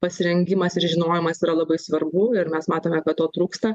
pasirengimas ir žinojimas yra labai svarbu ir mes matome kad to trūksta